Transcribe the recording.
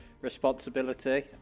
responsibility